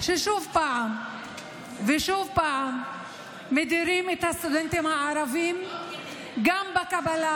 ששוב ושוב מדירים את הסטודנטים הערבים גם בקבלה,